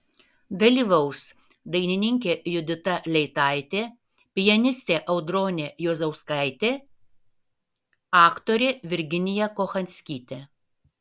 dalyvaus dainininkė judita leitaitė pianistė audronė juozauskaitė aktorė virginija kochanskytė